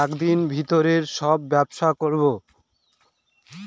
এক দিনের ভিতরে সব ব্যবসা করবো